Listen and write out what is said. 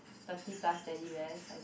thirty plus Teddy Bears I think